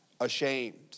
ashamed